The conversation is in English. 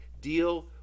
deal